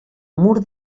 mur